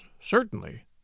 certainly